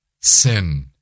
sin